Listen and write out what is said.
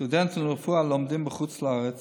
הסטודנטים לרפואה הלומדים בחוץ לארץ